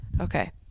okay